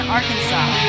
Arkansas